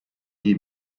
iyi